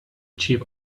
chief